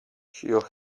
her